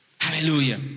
Hallelujah